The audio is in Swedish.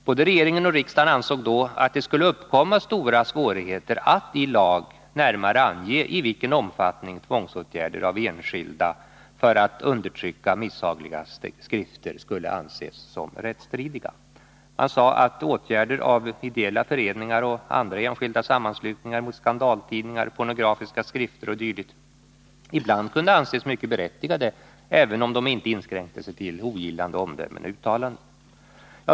Både regering och riksdag ansåg då att det skulle uppkomma stora svårigheter att i lag närmare ange i vilken omfattning tvångsåtgärder av enskilda för att undertrycka misshagliga skrifter skulle anses som rättsstridiga. Man sade att åtgärder av ideella föreningar och andra enskilda sammanslutningar mot skandaltidningar, pornografiska skrifter o. d. ibland kunde anses mycket berättigade, även om de inte inskränkte sig till ogillande omdömen och uttalanden.